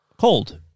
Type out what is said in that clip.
cold